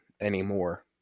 anymore